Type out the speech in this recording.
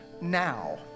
now